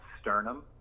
sternum